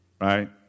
right